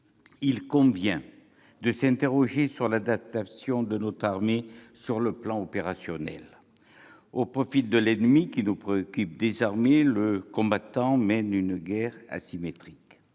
il convient de s'interroger sur l'adaptation de notre armée sur le plan opérationnel au profil de l'ennemi qui nous préoccupe désormais, le combattant menant une guerre « asymétrique